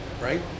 right